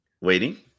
Waiting